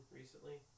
recently